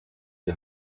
die